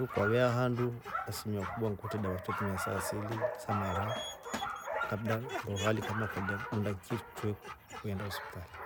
Kwa vyiaa handu asilimia kubwa kute dava twe tumia sa asili sa mara. labda ihali ukalolya kidonda chi kiktwe ukeenda hosipitali.